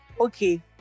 Okay